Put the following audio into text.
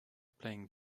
playing